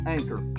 Anchor